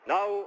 Now